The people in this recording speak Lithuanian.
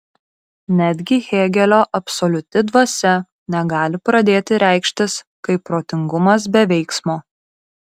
netgi hėgelio absoliuti dvasia negali pradėti reikštis kaip protingumas be veiksmo